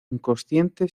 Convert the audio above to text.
inconsciente